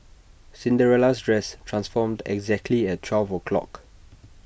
Cinderella's dress transformed exactly at twelve o'clock